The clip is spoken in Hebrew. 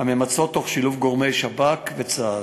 וממצות בשילוב גורמי שב"כ וצה"ל.